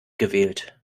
gewählt